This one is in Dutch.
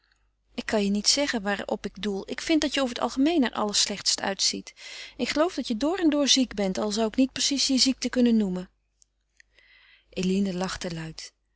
ik kan je niet zeggen waarop ik doel ik vind dat je over het algemeen er allerslechtst uitziet ik geloof dat je door en door ziek bent al zou ik niet precies je ziekte kunnen noemen eline lachte luid